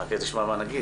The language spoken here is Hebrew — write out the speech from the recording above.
חכה לשמוע מה נגיד.